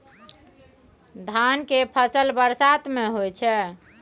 धान के फसल बरसात में होय छै?